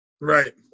Right